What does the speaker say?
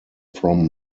from